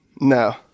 No